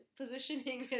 positioning